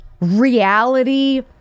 reality